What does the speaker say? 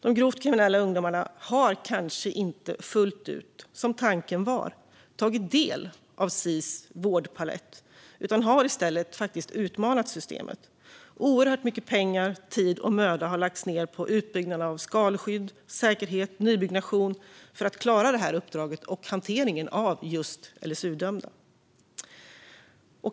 De grovt kriminella ungdomarna har kanske inte fullt ut tagit del av Sis vårdpalett, som tanken var. De har i stället utmanat systemet. Oerhört mycket pengar, tid och möda har lagts ned på utbyggnad av skalskydd, säkerhet och nybyggnation för att klara det här uppdraget och hanteringen av just LSU-dömda.